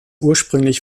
ursprünglich